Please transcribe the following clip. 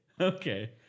Okay